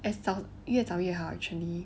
as 早越早越好 actually